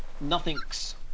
Nothing's